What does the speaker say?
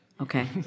Okay